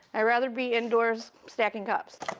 i rather be indoors. second cups.